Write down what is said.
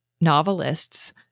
novelists